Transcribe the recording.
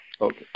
Okay